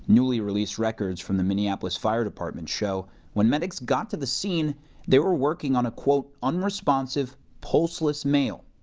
newly released records from the minneapolis fire department show when medics got to the scene they were working on a quote unresponsive, pulseless male.